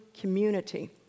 community